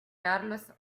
carlos